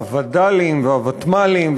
הווד"לים והוותמ"לים,